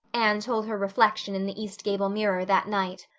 anne told her reflection in the east gable mirror that night.